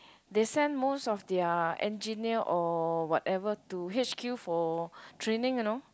they send most of their engineer or whatever to h_q for training you know